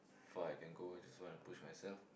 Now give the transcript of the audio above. far I can go just wanna push myself